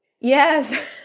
yes